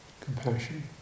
compassion